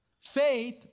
Faith